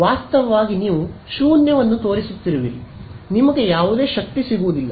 ವಾಸ್ತವವಾಗಿ ನೀವು ಶೂನ್ಯವನ್ನು ತೋರಿಸುತ್ತಿರುವಿರಿ ನಿಮಗೆ ಯಾವುದೇ ಶಕ್ತಿ ಸಿಗುವುದಿಲ್ಲ